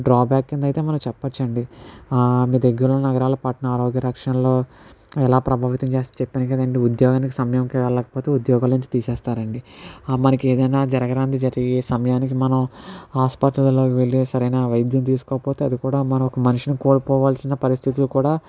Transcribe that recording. drawback కింద అయితే మనం చెప్పొచ్చండి మీ దగ్గర నగరాల పట్న ఆరోగ్య రక్షణలో ఎలా ప్రభావితం చేసి చెప్పాను కదా అండి ఉద్యోగానికి సమయంగా వెళ్ళకపోతే ఉద్యోగం నుంచి తీసేస్తారండి మనకి ఏదైనా జరగరానిది జరిగే సమయానికి మనం హాస్పిటల్లోకి వెళ్ళి సరైన వైద్యం తీసుకోకపోతే అది కూడా మనం ఒక మనిషిని కోల్పోవాల్సిన పరిస్థితులు కూడా